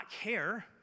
care